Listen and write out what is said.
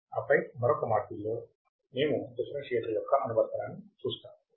ఆపై మరొక మాడ్యూల్లో మేము డిఫరెన్షియేటర్ యొక్క అనువర్తనాన్ని చూస్తాము